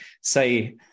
say